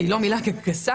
שהן לא מילים גסות.